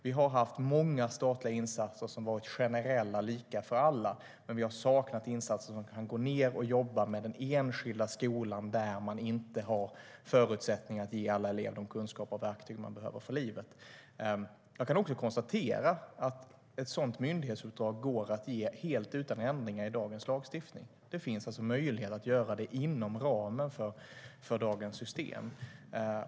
Vi har haft många statliga insatser som varit generella och lika för alla, men vi har saknat insatser som kan gå ned och jobba med de enskilda skolor där man inte har förutsättningar att ge alla elever de kunskaper och verktyg de behöver för livet. Jag kan konstatera att ett sådant myndighetsuppdrag går att ge helt utan ändringar i dagens lagstiftning. Det finns alltså möjlighet att göra det inom ramen för dagens system.